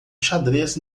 xadrez